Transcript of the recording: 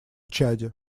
чаде